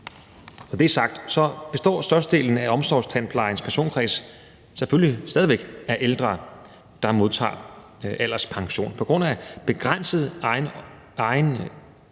er sagt, består størstedelen af omsorgstandplejens personkreds selvfølgelig stadig væk af ældre, der modtager alderspension. På grund af begrænset egenomsorg